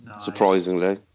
surprisingly